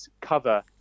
cover